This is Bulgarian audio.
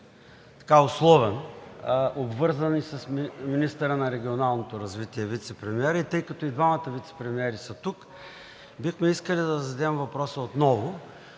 беше условен, обвързан и с министъра на регионалното развитие и вицепремиер. И тъй като и двамата вицепремиери са тук, бихме искали да зададем въпроса отново